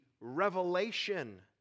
revelation